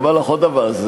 לומר לך עוד דבר,